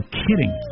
kidding